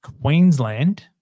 Queensland